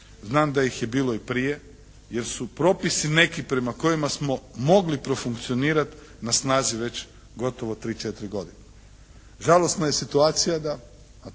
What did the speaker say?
znam da ih je bilo i prije jer su propisi neki prema kojima smo mogli profunkcionirati na snazi već gotovo 3, 4 godine. Žalosna je situacija da,